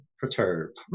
perturbed